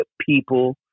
people